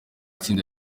tsinda